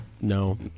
No